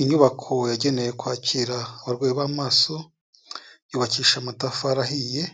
Inyubako yagenewe kwakira abarwayi b'amaso, yubakishije amatafari ahiye